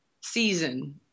season